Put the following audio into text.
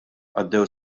għaddew